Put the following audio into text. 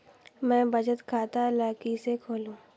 मैं बचत खाता ल किसे खोलूं?